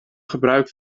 gebruik